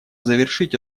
завершить